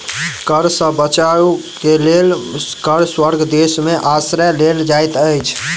कर सॅ बचअ के लेल कर स्वर्ग देश में आश्रय लेल जाइत अछि